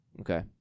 Okay